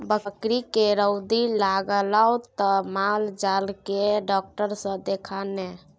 बकरीके रौदी लागलौ त माल जाल केर डाक्टर सँ देखा ने